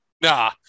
Nah